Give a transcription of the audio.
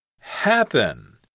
Happen